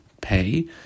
pay